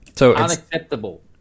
Unacceptable